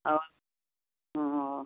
ଆଉ ହଁ